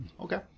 Okay